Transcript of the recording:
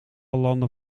landen